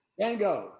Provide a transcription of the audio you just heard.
Django